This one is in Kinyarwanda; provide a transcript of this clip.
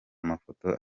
amafoto